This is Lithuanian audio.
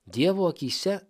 dievo akyse